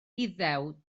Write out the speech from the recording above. iddew